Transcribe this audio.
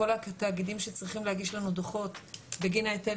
כל התאגידים שצריכים להגיש לנו דוחות בגין ההיטל,